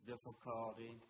Difficulty